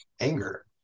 anger